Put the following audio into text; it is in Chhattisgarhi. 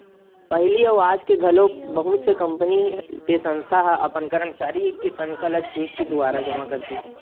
पहिली अउ आज घलो बहुत से कंपनी ते संस्था ह अपन करमचारी के तनखा ल चेक के दुवारा जमा करथे